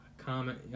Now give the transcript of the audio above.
comment